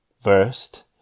First